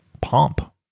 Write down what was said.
pomp